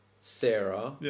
Sarah